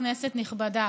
כנסת נכבדה,